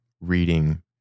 reading